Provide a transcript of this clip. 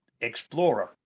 Explorer